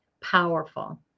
Powerful